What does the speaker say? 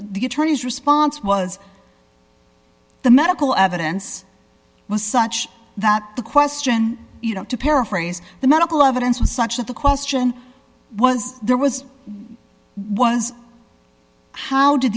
the attorney's response was the medical evidence was such that the question you know to paraphrase the medical evidence was such that the question was there was one how did